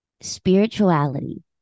Spirituality